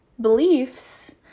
beliefs